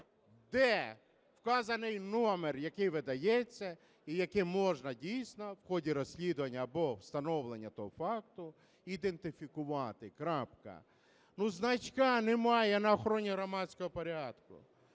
де вказаний номер, який видається і який можна, дійсно, в ході розслідування або встановлення того факту ідентифікувати, крапка. Значка немає на охороні громадського порядку.